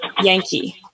Yankee